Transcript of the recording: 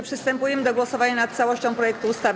Przystępujemy do głosowania nad całością projektu ustawy.